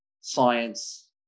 science